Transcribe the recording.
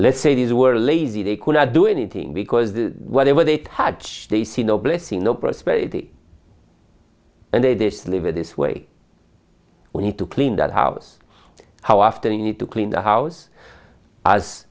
let's say these were lazy they cannot do anything because whatever they touch they see no blessing no prosperity and they live it this way we need to clean that house how often you need to clean the house as